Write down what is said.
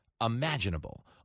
imaginable